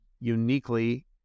uniquely